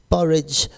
Porridge